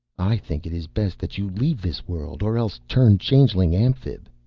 i think it is best that you leave this world. or else turn changeling-amphib.